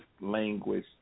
language